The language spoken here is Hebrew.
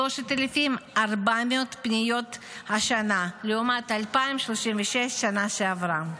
3,400 פניות השנה לעומת 2,036 בשנה שעברה.